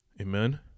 Amen